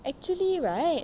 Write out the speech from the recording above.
actually right